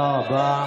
אורלי, תודה רבה.